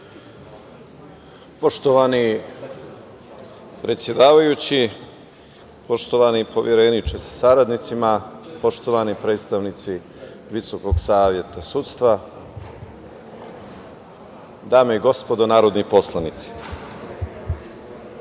Poštovani predsedavajući, poštovani povereniče sa saradnicima, poštovani predstavnici Visokog saveta sudstva, dame i gospodo narodni poslanici,